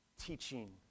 teaching